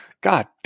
God